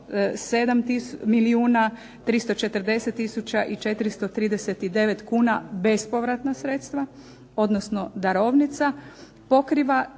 i 439 kuna bespovratna sredstva odnosno darovnica pokriva